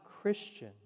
Christian